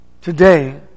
Today